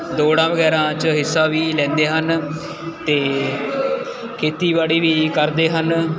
ਦੌੜਾਂ ਵਗੈਰਾ 'ਚ ਹਿੱਸਾ ਵੀ ਲੈਂਦੇ ਹਨ ਅਤੇ ਖੇਤੀਬਾੜੀ ਵੀ ਕਰਦੇ ਹਨ